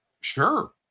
sure